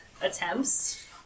attempts